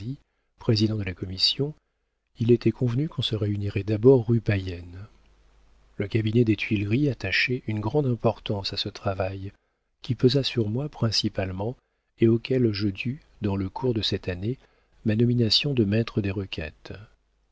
président de la commission il était convenu qu'on se réunirait d'abord rue payenne le cabinet des tuileries attachait une grande importance à ce travail qui pesa sur moi principalement et auquel je dus dans le cours de cette année ma nomination de maître des requêtes